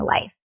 life